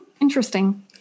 Interesting